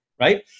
right